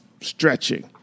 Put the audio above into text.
stretching